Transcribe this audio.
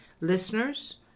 listeners